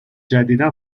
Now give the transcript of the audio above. جدیدا